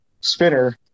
spinner